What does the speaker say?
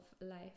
life